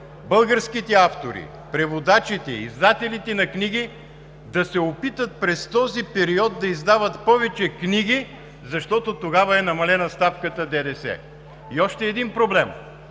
българските автори, преводачите, издателите на книги да се опитат през този период да издават повече книги, защото тогава е намалена ставката ДДС. И още един проблем.